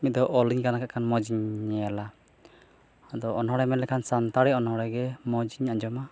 ᱢᱤᱫ ᱫᱷᱟᱹᱣ ᱚᱞᱤᱧ ᱜᱟᱱᱟᱠᱟᱫ ᱠᱷᱟᱱ ᱢᱚᱡᱤᱧ ᱧᱮᱞᱟ ᱟᱫᱚ ᱚᱱᱚᱲᱦᱮ ᱢᱮᱱ ᱞᱮᱠᱷᱟᱱ ᱥᱟᱱᱛᱟᱲᱤ ᱚᱱᱚᱲᱦᱮᱜᱮ ᱢᱚᱡᱤᱧ ᱟᱸᱡᱚᱢᱟ